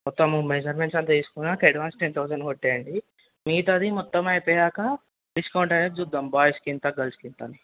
మొత్తము మెజర్మెంట్స్ అంతా తీసుకున్నాక అడ్వాన్స్ టెన్ తౌజండ్ కొట్టేయండి మిగతాది మొత్తం అయిపోయాక డిస్కౌంట్ అనేది చూద్దాం బాయ్స్కింత గల్స్కింత అని